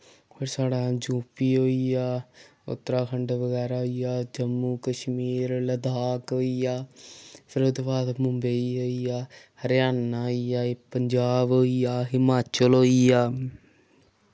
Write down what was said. फिर साढ़ा यूपी होई गेआ उत्तराखंड बगैरा होई गेआ जम्मू कश्मीर लदाख होई गेआ फिर उ'दे बाद मुंबई होई गेआ हरियाणा होई गएा एह् पंजाब होई गेआ हिमाचल होई गेआ